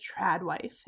Tradwife